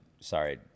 Sorry